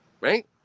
Right